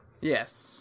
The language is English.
Yes